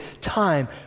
time